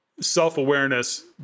self-awareness